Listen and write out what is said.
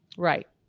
Right